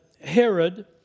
Herod